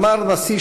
האיזון?